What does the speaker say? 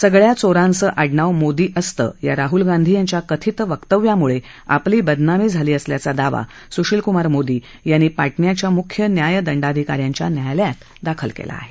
सगळ्या चोरांचं आडनाव मोदी असतं या राहुल गांधी यांच्या कथित वक्तव्यामुळे आपली बदनामी झाली असल्याचा दावा सुशील कुमार मोदी यांनी पाटण्याच्या मुख्य न्यायदंडाधिकाऱ्यांच्या न्यायालयात दाखल केला आहे